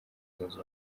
zunze